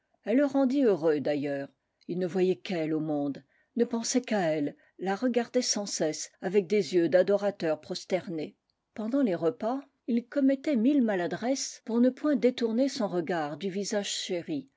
elle le rendit heureux d'ailleurs ii ne voyait qu'elle au monde ne pensait qu'à elle la regardait sans cesse avec des yeux d'adorateur prosterné pendant les repas il commettait mille maladresses pour ne point détourner son regard du visage chéri